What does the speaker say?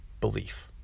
belief